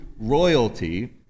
royalty